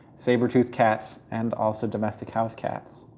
saber-tooth cats, and also, domestic house cats.